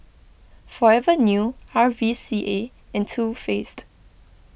Forever New R V C A and Too Faced